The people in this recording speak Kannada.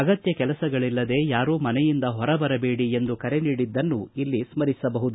ಅಗತ್ಯ ಕೆಲಸಗಳಲ್ಲದೇ ಯಾರೂ ಮನೆಯಿಂದ ಹೊರಬರಬೇಡಿ ಎಂದು ಕರೆ ನೀಡಿದ್ದನ್ನು ಸ್ಮರಿಸಬಹುದು